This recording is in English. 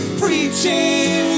preaching